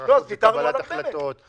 וצריך להבין את המשמעויות של זה.